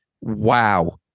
Wow